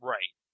Right